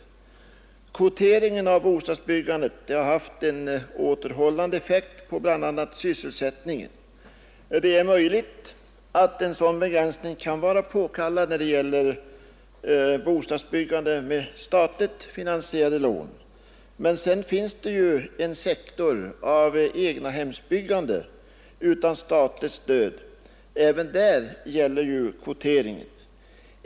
a. har kvoteringen av bostadsbyggandet haft en återhållande effekt på sysselsättningen. Det är möjligt att en sådan begränsning kan vara påkallad när det gäller bostadsbyggande med statligt finansierade lån, men det finns ju en sektor av egnahemsbyggande utan statligt stöd. Även där gäller kvoteringen.